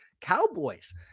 Cowboys